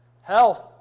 Health